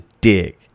dig